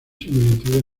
similitudes